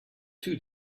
two